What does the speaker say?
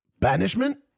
Banishment